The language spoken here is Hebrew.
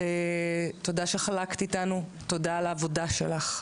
תודה שחלקת איתנו, תודה על העבודה שלך.